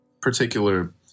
particular